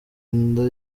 inda